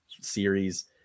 series